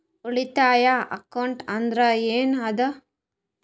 ಉಳಿತಾಯ ಅಕೌಂಟ್ ಅಂದ್ರೆ ಏನ್ ಅದ?